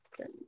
okay